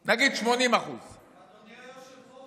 נגיד 80%. אדוני היושב-ראש,